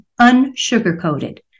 unsugar-coated